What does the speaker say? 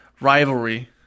rivalry